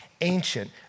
ancient